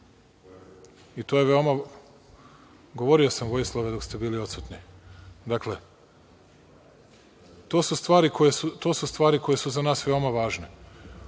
Koja je to?)Govorio sam, Vojislave, dok ste bili odsutni. Dakle, to su stvari koje su za nas veoma važne.U